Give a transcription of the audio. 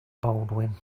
baldwin